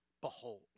Behold